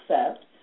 accept